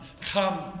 come